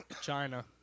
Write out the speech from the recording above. China